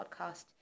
podcast